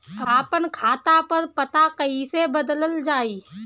आपन खाता पर पता कईसे बदलल जाई?